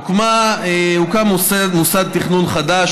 הוקם מוסד תכנון חדש,